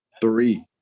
Three